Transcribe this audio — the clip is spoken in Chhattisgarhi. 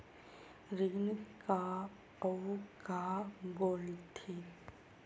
ऋण का अउ का बोल थे?